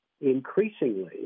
increasingly